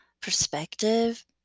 perspective